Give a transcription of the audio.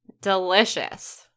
delicious